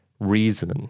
reason